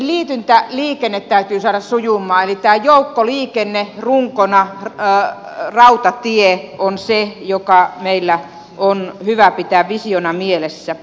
myöskin liityntäliikenne täytyy saada sujumaan eli tämä joukkoliikenne runkona rautatie on se mikä meidän on hyvä pitää visiona mielessä